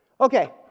Okay